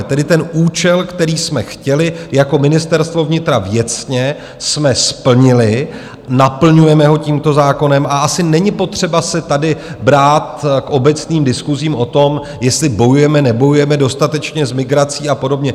Tedy ten účel, který jsme chtěli jako Ministerstvo vnitra věcně, jsme splnili, naplňujeme ho tímto zákonem a asi není potřeba se tady brát k obecným diskusím, o tom, jestli bojujeme nebojujeme dostatečně s migrací a podobně.